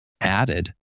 added